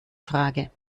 frage